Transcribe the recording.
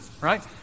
Right